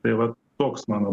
tai va toks mano